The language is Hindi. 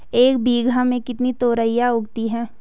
एक बीघा में कितनी तोरियां उगती हैं?